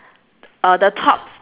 uh the top